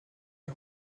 est